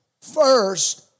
first